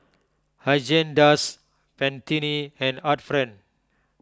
Haagen Dazs Pantene and Art Friend